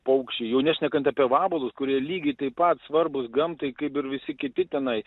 paukščiai jau nešnekant apie vabalus kurie lygiai taip pat svarbūs gamtai kaip ir visi kiti tenai